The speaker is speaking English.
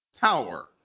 power